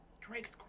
Drake's